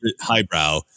highbrow